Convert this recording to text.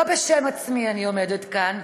לא בשם עצמי אני עומדת כאן.